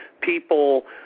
people